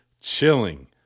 chilling